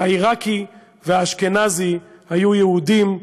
העיראקי והאשכנזי היו יהודים,